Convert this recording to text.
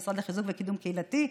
המשרד לחיזוק וקידום חברתי,